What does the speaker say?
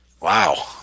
Wow